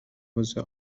واسه